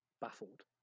baffled